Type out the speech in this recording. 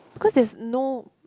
because it has no